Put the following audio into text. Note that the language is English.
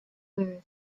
birth